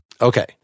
Okay